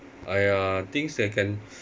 !aiya! things that can